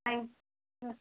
ம் ம்